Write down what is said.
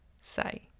say